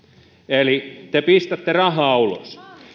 eli te pistätte rahaa ulos